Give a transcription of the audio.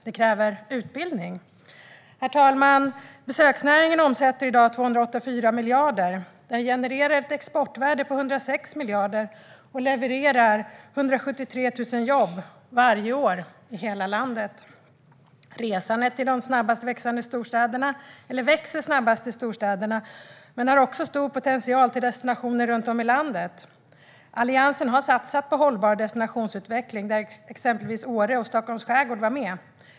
Det krävs utbildning. Herr talman! Besöksnäringen omsätter i dag 284 miljarder. Den genererar ett exportvärde på 106 miljarder och levererar 173 000 jobb varje år i hela landet. Resandet växer snabbast till storstäderna, men det har också stor potential till destinationer runt om i landet. Alliansen har satsat på hållbar destinationsutveckling, där exempelvis Åre och Stockholms skärgård var med.